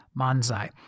manzai